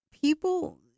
people